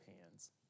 hands